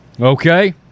Okay